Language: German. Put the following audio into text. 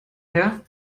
her